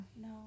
No